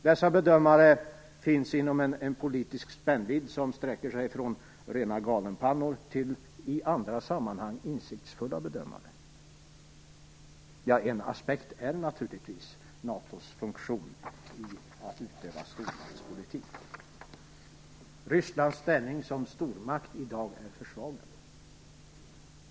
Dessa bedömare finns inom en politisk spännvidd som sträcker sig från rena galenpannor till i andra sammanhang insiktsfulla bedömare. En aspekt är naturligtvis NATO:s funktion när det gäller att utöva stormaktspolitik. Rysslands ställning som stormakt är i dag försvagad.